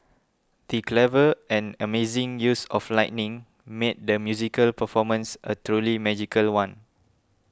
the clever and amazing use of lighting made the musical performance a truly magical one